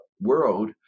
world